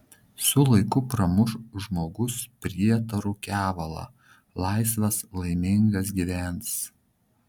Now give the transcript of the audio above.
su laiku pramuš žmogus prietarų kevalą laisvas laimingas gyvens